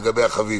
תודה.